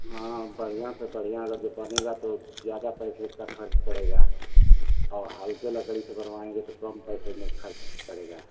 हाँ बढ़ियाँ से बढ़ियाँ अगर जो बनेगा तो ज़्यादा पैसे का खर्च पड़ेगा और हल्की लकड़ी से बनवाएँगे तो कम पैसे में खर्च पड़ेगा